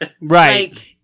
Right